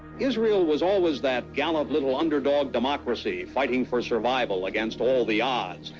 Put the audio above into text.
israel was always that gallant little underdog democracy fighting for survival against all the odds.